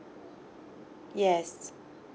yes